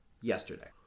yesterday